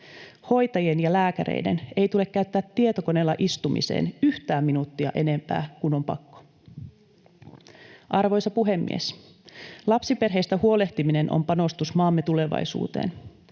Hoitajien ja lääkäreiden ei tule käyttää tietokoneella istumiseen yhtään minuuttia enempää kuin on pakko. [Sari Tanus: Juuri niin!] Arvoisa puhemies! Lapsiperheistä huolehtiminen on panostus maamme tulevaisuuteen.